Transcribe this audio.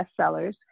bestsellers